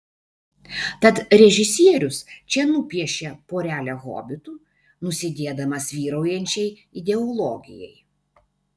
tad režisierius čia nupiešia porelę hobitų nusidėdamas vyraujančiai ideologijai